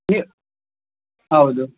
ನಿ ಹೌದು